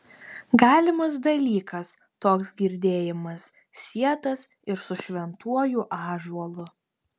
galimas dalykas toks girdėjimas sietas ir su šventuoju ąžuolu